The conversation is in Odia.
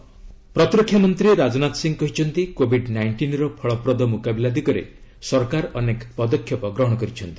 ରାଜନାଥ ସିଂହ ପ୍ରତିରକ୍ଷା ମନ୍ତ୍ରୀ ରାଜନାଥ ସିଂହ କହିଛନ୍ତି କୋବିଡ୍ ନାଇଷ୍ଟିନ୍ର ଫଳପ୍ରଦ ମୁକାବିଲା ଦିଗରେ ସରକାର ଅନେକ ପଦକ୍ଷେପ ଗ୍ରହଣ କରିଛନ୍ତି